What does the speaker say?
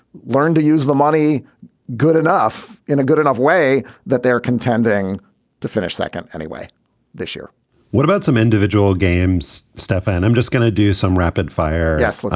learned to use the money good enough in a good enough way that they are contending to finish second anyway this year what about some individual games? stefan, i'm just gonna do some rapid fire. yes.